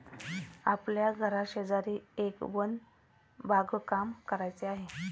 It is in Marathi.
आपल्या घराशेजारी एक वन बागकाम करायचे आहे